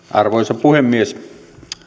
arvoisa puhemies